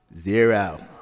Zero